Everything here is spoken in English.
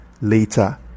later